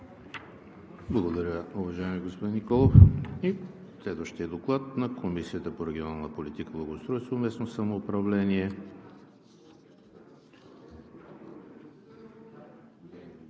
Благодаря, уважаеми господин Николов. Следващият доклад е на Комисията по регионална политика, благоустройство и местно самоуправление.